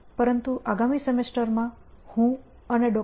પરંતુ આગામી સેમેસ્ટરમાં હું અને ડૉ